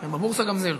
ובבורסה, גם זה לא.